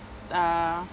uh